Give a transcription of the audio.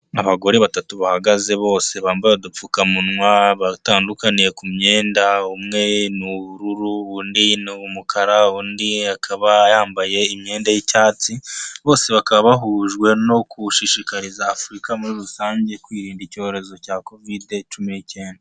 Abagore batatu bahagaze bose bambaye udupfukamunwa, batandukaniye ku myenda, umwe ni ubururu, undi n'umukara, undi akaba yambaye imyenda y'icyatsi, bose bakaba bahujwe no kuwushishikariza Afurika muri rusange kwirinda icyorezo cya covid cumi n'icyenda.